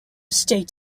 state